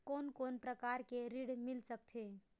कोन कोन प्रकार के ऋण मिल सकथे?